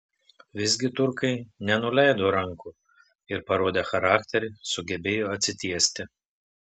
visgi turkai nenuleido rankų ir parodę charakterį sugebėjo atsitiesti